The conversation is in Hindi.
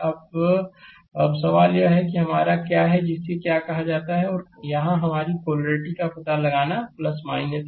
अब अब सवाल यह है कि यह हमारा क्या है जिसे क्या कहा जाता है और यहाँ हमारी पोलैरिटी का पता लगाना है